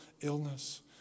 illness